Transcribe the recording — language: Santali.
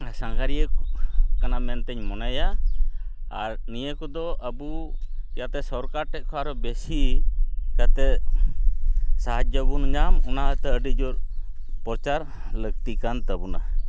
ᱥᱟᱸᱜᱷᱟᱨᱤᱭᱟᱹ ᱠᱟᱱᱟ ᱢᱮᱱᱛᱮᱧ ᱢᱚᱱᱮᱭᱟ ᱟᱨ ᱱᱤᱭᱟᱹᱠᱚᱫᱚ ᱟᱵᱚ ᱡᱟᱛᱮ ᱥᱚᱨᱠᱟᱨ ᱴᱷᱮᱱ ᱠᱷᱚᱱ ᱟᱨᱚ ᱵᱮᱥᱤ ᱠᱟᱛᱮᱫ ᱥᱟᱦᱟᱡᱽᱡᱚᱵᱚᱱ ᱧᱟᱢ ᱚᱱᱟ ᱦᱚᱭᱛᱮ ᱟᱹᱰᱤ ᱡᱳᱨ ᱯᱚᱪᱟᱨ ᱞᱟᱹᱠᱛᱤᱠᱟᱱ ᱛᱟᱹᱵᱚᱱᱟ